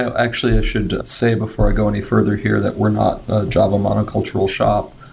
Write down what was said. actually, i should say before i go any further here that we're not a java monocultural shop.